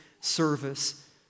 service